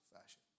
fashion